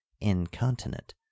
incontinent